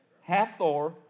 Hathor